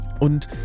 Und